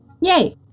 Yay